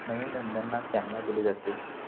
नवीन धंद्यांना चालना दिली जाते